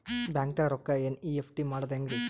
ಬ್ಯಾಂಕ್ದಾಗ ರೊಕ್ಕ ಎನ್.ಇ.ಎಫ್.ಟಿ ಮಾಡದ ಹೆಂಗ್ರಿ?